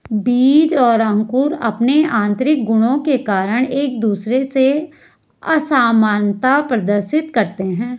बीज और अंकुर अंपने आतंरिक गुणों के कारण एक दूसरे से असामनता प्रदर्शित करते हैं